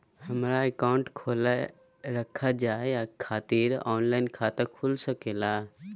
हमारा अकाउंट खोला रखा जाए खातिर ऑनलाइन खाता खुल सके ला?